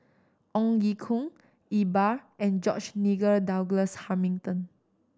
Ong Ye Kung Iqbal and George Nigel Douglas Hamilton